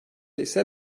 ise